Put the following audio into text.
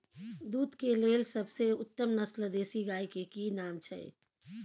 दूध के लेल सबसे उत्तम नस्ल देसी गाय के की नाम छै?